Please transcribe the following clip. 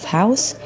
house